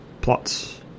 plots